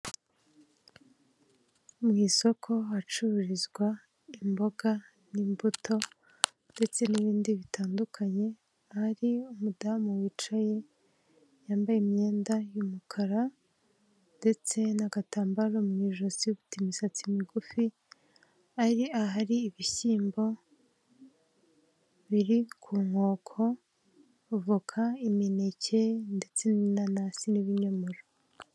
Mu isoko hacururizwa imboga n'imbuto ndetse n'ibindi bitandukanye. Hari umudamu wicaye yambaye imyenda y'umukara ndetse n'agatambaro mu ijosi, ufite imisatsi migufi. Hari ahari ibishyimbo biri ku nkoko, voka, imineke ndetse n'inanasi n'ibinyomoro.